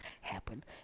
happen